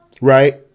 right